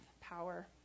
power